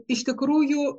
iš tikrųjų